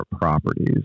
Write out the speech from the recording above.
properties